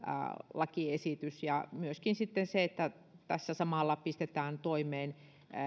lakiesitys myöskin sitten se että tässä samalla pistetään toimeen